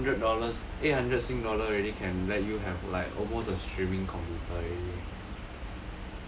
eight hundred dollars eight hundred sing dollar already can let you have like almost a streaming computer already